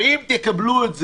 ואם תקבלו את זה,